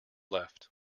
left